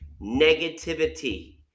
negativity